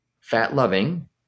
fat-loving